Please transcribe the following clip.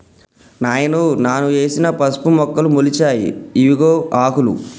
నాయనో నాను వేసిన పసుపు మొక్కలు మొలిచాయి ఇవిగో ఆకులు